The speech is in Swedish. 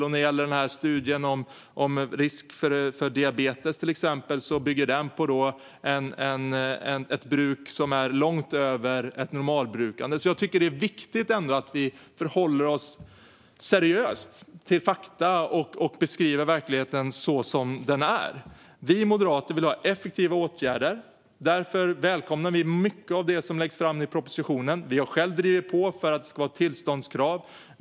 Och studien om risk för diabetes bygger på ett bruk som är långt över ett normalbrukande. Jag tycker alltså att det är viktigt att vi förhåller oss seriöst till fakta och beskriver verkligheten så som den är. Vi moderater vill ha effektiva åtgärder. Därför välkomnar vi mycket av det som läggs fram i propositionen. Vi har själva drivit på för att det ska vara tillståndskrav.